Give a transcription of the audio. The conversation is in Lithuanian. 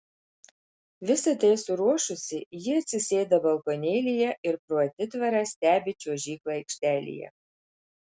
visa tai suruošusi ji atsisėda balkonėlyje ir pro atitvarą stebi čiuožyklą aikštelėje